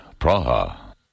Praha